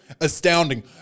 Astounding